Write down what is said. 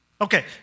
Okay